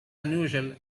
unusual